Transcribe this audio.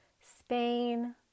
Spain